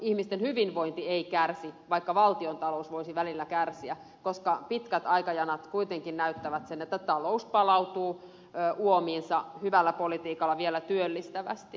ihmisten hyvinvointi ei kärsi vaikka valtiontalous voisi välillä kärsiä koska pitkät aikajanat kuitenkin näyttävät sen että talous palautuu uomiinsa hyvällä politiikalla vielä työllistävästi